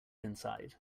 inside